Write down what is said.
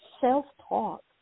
self-talk